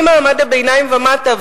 ממעמד הביניים ומטה,